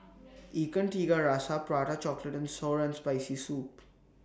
Ikan Tiga Rasa Prata Chocolate and Sour and Spicy Soup